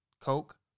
Coke